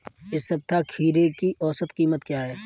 इस सप्ताह खीरे की औसत कीमत क्या है?